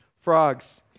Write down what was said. Frogs